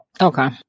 okay